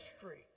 history